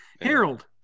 Harold